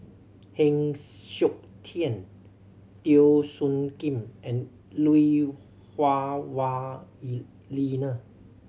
Heng Siok Tian Teo Soon Kim and Lui Hah Wah Elena